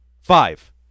five